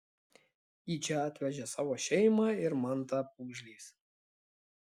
į čia atvežė savo šeimą ir mantą pūgžlys